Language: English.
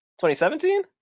2017